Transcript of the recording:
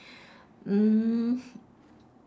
mm